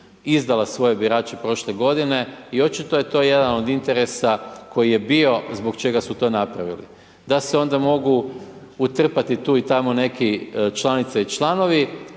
izdala svoje birače prošle godine. i očito je to jedan od interesa koji je bio, zbog čega su to napravili, da se onda mogu utrpati tu i tamo neki članice i članovi,